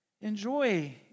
Enjoy